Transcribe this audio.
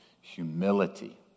humility